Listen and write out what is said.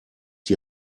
die